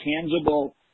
tangible